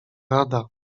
rada